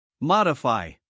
Modify